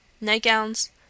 nightgowns